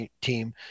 team